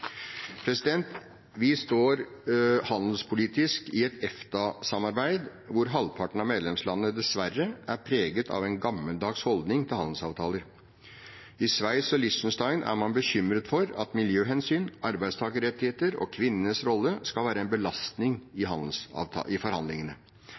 et EFTA-samarbeid hvor halvparten av medlemslandene dessverre er preget av en gammeldags holdning til handelsavtaler. I Sveits og Liechtenstein er man bekymret for at miljøhensyn, arbeidstakerrettigheter og kvinnenes rolle skal være en belastning i